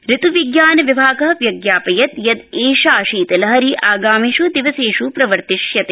ऋत्विज्ञान विभाग व्यज्ञापयत यदेषा शीत लहरी आगामिष् दिवसेष् प्रवर्तिष्यते